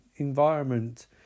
environment